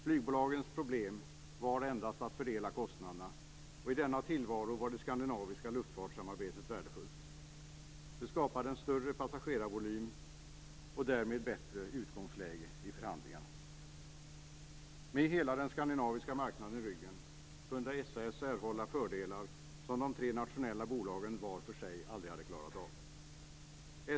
Flygbolagens problem var endast att fördela kostnaderna. I denna tillvaro var det skandinaviska luftfartssamarbetet värdefullt. Det skapade en större passagerarvolym och därmed ett bättre utgångsläge i förhandlingarna. Med hela den skandinaviska marknaden i ryggen kunde SAS erhålla fördelar som de tre nationella bolagen var för sig aldrig hade klarat.